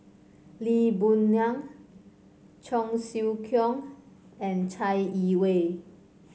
Lee Boon Ngan Cheong Siew Keong and Chai Yee Wei